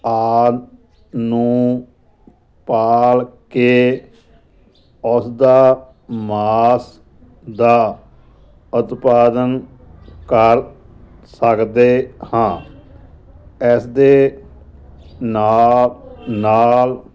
ਆਦਿ ਨੂੰ ਪਾਲ ਕੇ ਉਸਦਾ ਮਾਸ ਦਾ ਉਤਪਾਦਨ ਕਰ ਸਕਦੇ ਹਾਂ ਇਸ ਦੇ ਨਾਲ ਨਾਲ